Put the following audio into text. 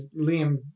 Liam